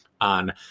On